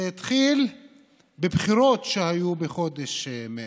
זה התחיל בבחירות שהיו בחודש מרץ,